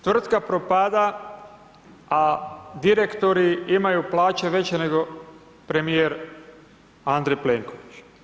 Tvrtka propada, a direktori imaju plaće veće nego premijer Andrej Plenković.